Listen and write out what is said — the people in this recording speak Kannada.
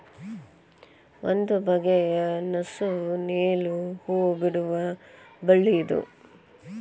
ಒಂದು ಬಗೆಯ ನಸು ನೇಲು ಹೂ ಬಿಡುವ ಬಳ್ಳಿ ಇದು